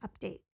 update